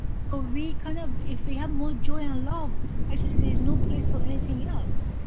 so we kind of, if we have more joy and love actually, there is no place for anything else.